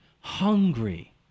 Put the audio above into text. Hungry